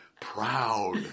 proud